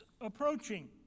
approaching